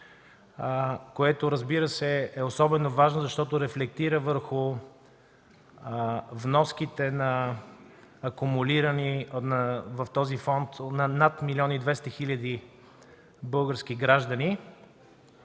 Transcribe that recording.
което, разбира се, е особено важно, защото рефлектира върху вноските, акумулирани в този фонд, на над милион и двеста хиляди български граждани.